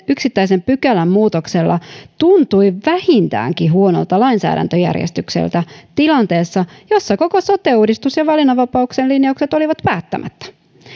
yksittäisen pykälän muutoksella tuntui vähintäänkin huonolta lainsäädäntöjärjestykseltä tilanteessa jossa koko sote uudistus ja valinnanvapauden linjaukset olivat päättämättä